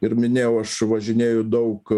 ir minėjau aš važinėju daug